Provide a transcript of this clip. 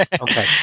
Okay